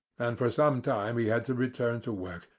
and for some time he had to return to work,